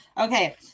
okay